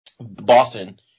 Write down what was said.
Boston